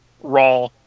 raw